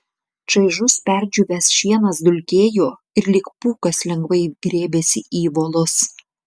čaižus perdžiūvęs šienas dulkėjo ir lyg pūkas lengvai grėbėsi į volus